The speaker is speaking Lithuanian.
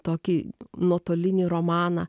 tokį nuotolinį romaną